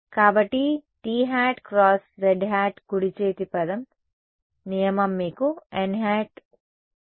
కాబట్టి t × zˆ కుడి చేతి పదం నియమం మీకు nˆ